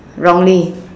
wrongly